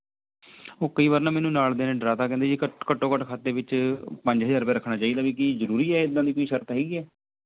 ਉਹ ਕਈ ਵਾਰ ਨਾ ਮੈਨੂੰ ਨਾਲ ਦਿਆਂ ਨੇ ਡਰਾ ਦਿੱਤਾ ਕਹਿੰਦੇ ਜੀ ਘੱਟੋ ਘੱਟ ਖਾਤੇ ਵਿੱਚ ਪੰਜ ਹਜ਼ਾਰ ਰੁਪਿਆ ਰੱਖਣਾ ਚਾਹੀਦਾ ਵੀ ਕੀ ਜ਼ਰੂਰੀ ਹੈ ਇੱਦਾਂ ਦੀ ਕੋਈ ਸ਼ਰਤ ਹੈਗੀ ਹੈ